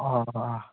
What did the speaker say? ꯑꯪ ꯑꯪ